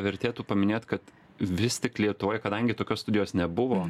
vertėtų paminėt kad vis tik lietuvoj kadangi tokios studijos nebuvo